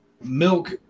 Milk